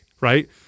right